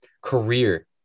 career